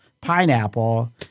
pineapple